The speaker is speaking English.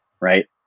Right